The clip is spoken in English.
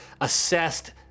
assessed